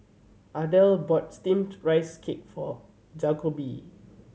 Ardell bought Steamed Rice Cake for Jacoby